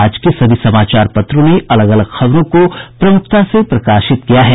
आज के सभी समाचार पत्रों ने अलग अलग खबरों को प्रमुखता से प्रकाशित किया है